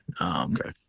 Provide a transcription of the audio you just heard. Okay